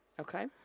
Okay